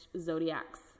Zodiac's